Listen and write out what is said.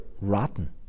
rotten